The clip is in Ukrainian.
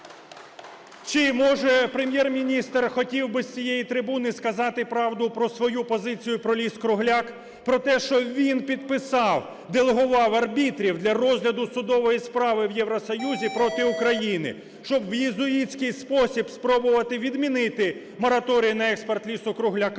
Чи, може, Прем'єр-міністр хотів би з цієї трибуни сказати правду про свою позицію про ліс-кругляк? Про те, що він підписав, делегував арбітрів для розгляду судової справи в Євросоюзі проти України, щоб в єзуїтський спосіб спробувати відмінити мораторій на експорт лісу-кругляка,